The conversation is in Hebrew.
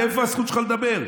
מאיפה הזכות שלך לדבר?